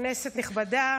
כנסת נכבדה,